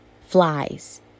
Flies